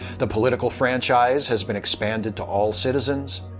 the political franchise has been expanded to all citizens,